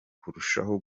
kurushaho